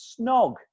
snog